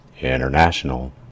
International